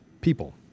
people